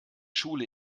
schule